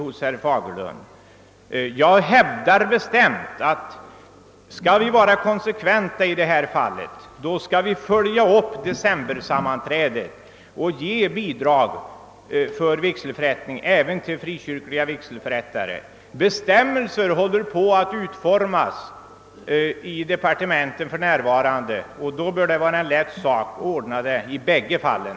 Om vi i detta fall skall vara konsekventa, hävdar jag bestämt att vi skall följa upp decemberbeslutet och ge bidrag för vigselförrättning även till frikyrkliga vigselförrättare. Bestämmelser håller för närvarande på att utformas i departementet, och då bör det vara lätt att ordna att sådana bidrag utgår i bägge fallen.